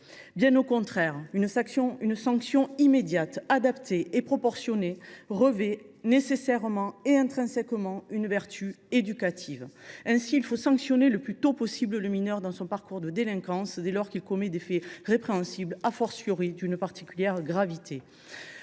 judiciaire. Une sanction immédiate, adaptée et proportionnée revêt nécessairement et intrinsèquement une vertu éducative. Ainsi, il faut sanctionner le mineur le plus tôt possible dans son parcours de délinquance, dès lors qu’il commet des faits répréhensibles, d’une particulière gravité.